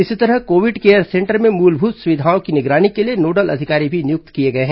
इसी तरह Covid care centre में मूलभूत सुविधाओं की निगरानी के लिए नोडल अधिकारी की नियुक्ति भी की गई है